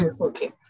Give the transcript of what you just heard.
okay